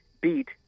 beat